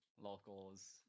locals